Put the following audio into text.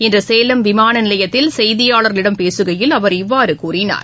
இன்றுசேலம் விமானநிலையத்தில் செய்தியாளர்களிடம் பேசுகையில் அவர் இவ்வாறுகூறினார்